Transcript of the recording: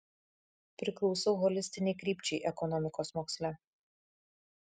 priklausau holistinei krypčiai ekonomikos moksle